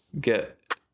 get